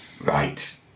Right